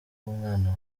umwana